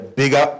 bigger